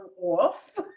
off